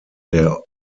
der